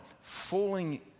falling